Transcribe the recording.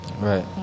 Right